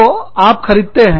तो आप खरीदते हैं